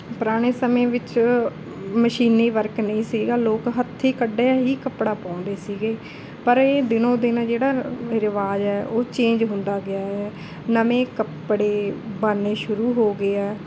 ਪੁਰਾਣੇ ਸਮੇਂ ਵਿੱਚ ਮਸ਼ੀਨੀ ਵਰਕ ਨਹੀਂ ਸੀਗਾ ਲੋਕ ਹੱਥੀਂ ਕੱਢਿਆ ਹੀ ਕੱਪੜਾ ਪਾਉਂਦੇ ਸੀਗੇ ਪਰ ਇਹ ਦਿਨੋਂ ਦਿਨ ਜਿਹੜਾ ਰਿਵਾਜ਼ ਹੈ ਉਹ ਚੇਂਜ ਹੁੰਦਾ ਗਿਆ ਹੈ ਨਵੇਂ ਕੱਪੜੇ ਬਣਨੇ ਸ਼ੁਰੂ ਹੋ ਗਏ ਆ